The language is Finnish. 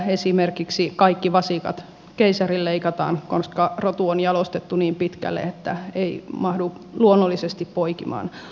esimerkiksi kaikki vasikat keisarinleikataan koska rotu on jalostettu niin pitkälle että ei mahdu luonnollisesti poikimaan